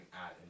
add